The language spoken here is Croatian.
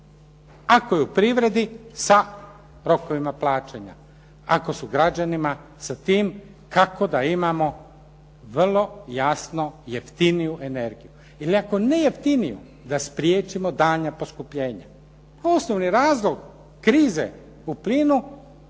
Ako je u privredi sa rokovima plaćanja, ako su građanima sa tim kako da imamo vrlo jasno jeftiniju energiju. Ili ako ne jeftiniju da spriječimo daljnja poskupljenja. Osnovni razlog krize u plinu